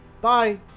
Bye